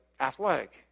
athletic